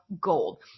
gold